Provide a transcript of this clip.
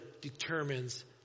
determines